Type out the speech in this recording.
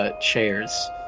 chairs